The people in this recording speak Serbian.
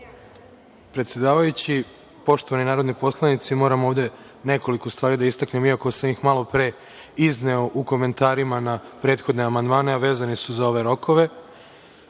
predsedavajući. Poštovani narodni poslanici, moram ovde nekoliko stvari da istaknem iako sam ih malopre izneo u komentarima na prethodne amandmane, a vezani su za ove rokove. Ovaj